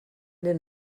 den